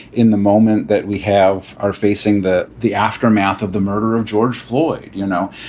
in the moment that we have are facing the the aftermath of the murder of george floyd. you know,